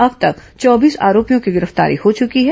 अब ं तक चौबीस आरोपियों की गिरफ्तारी हो चुर्की है